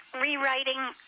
rewriting